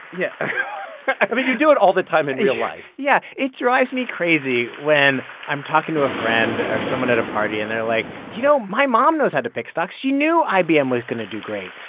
yeah i mean, you do it all the time in real life yeah. it drives me crazy when i'm talking to a friend or someone at a party and they're like, you know, my mom knows how to pick stocks. she knew ibm was going to do great.